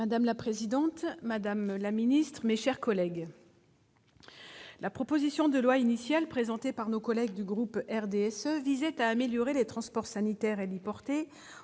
Madame la présidente, madame la secrétaire d'État, mes chers collègues, la proposition de loi initiale présentée par les membres du groupe du RDSE visait à améliorer les transports sanitaires héliportés